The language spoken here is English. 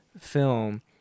film